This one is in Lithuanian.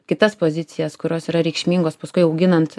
kitas pozicijas kurios yra reikšmingos paskui auginant